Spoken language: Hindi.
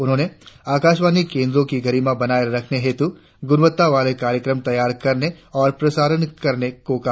उन्होंने आकाशवाणी केंद्रो की गरिमा बनाए रखने हेतु गुणवत्ता वाले कार्यक्रम तैयार करने और प्रशारण करने को कहा